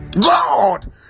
God